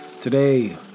Today